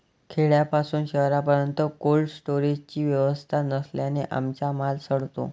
खेड्यापासून शहरापर्यंत कोल्ड स्टोरेजची व्यवस्था नसल्याने आमचा माल सडतो